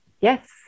Yes